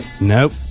Nope